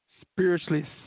spiritually